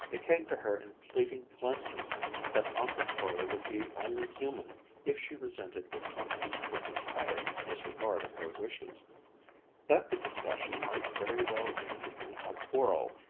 it came to her in fleeting glimpses that aunt victoria would be only human if she resented with some heat this entire disregard of her wishes that the discussion might very well end in a quarrel,